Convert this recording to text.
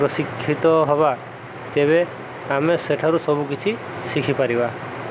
ପ୍ରଶିକ୍ଷିତ ହବା ତେବେ ଆମେ ସେଠାରୁ ସବୁ କିଛି ଶିଖିପାରିବା